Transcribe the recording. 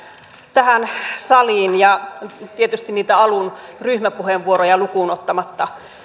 tähän saliin tietysti niitä alun ryhmäpuheenvuoroja lukuun ottamatta